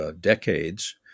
decades